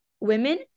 women